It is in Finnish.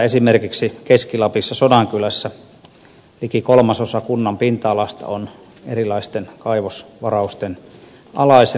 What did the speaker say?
esimerkiksi keski lapissa sodankylässä liki kolmasosa kunnan pinta alasta on erilaisten kaivosvarausten alaisena